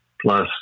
plus